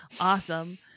Awesome